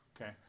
Okay